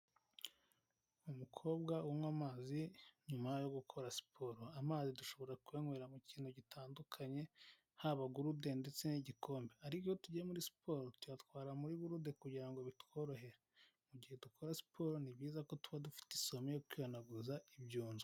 Umukobwa unywa amazi nyuma yo gukora siporo amazi dushobora kunywera mu kintu gitandukanye haba muri gurude ndetse n'igikombe ariko iyo tujya muri siporo tuyatwara muri burude kugira bitworohere mugihe dukora siporo ni byiza ko tuba dufite isumo yo kwihanaguza ibyombo.